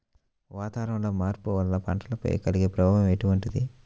వాతావరణంలో మార్పుల వల్ల పంటలపై కలిగే ప్రభావం ఎటువంటిది?